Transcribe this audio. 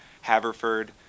Haverford